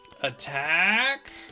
Attack